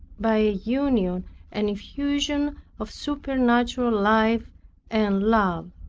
by a union and effusion of supernatural life and love.